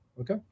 okay